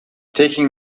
taking